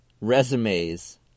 resumes